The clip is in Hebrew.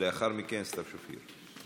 לאחר מכן, סתיו שפיר.